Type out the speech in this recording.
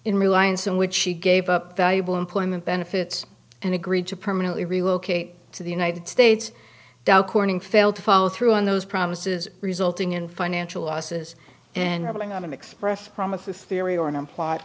in reliance in which she gave up valuable employment benefits and agreed to permanently relocate to the united states dow corning failed to follow through on those promises resulting in financial losses and are going on an express promise a theory or an implied